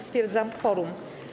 Stwierdzam kworum.